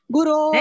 Guru